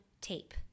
tape